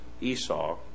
Esau